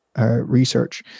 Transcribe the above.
research